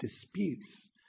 disputes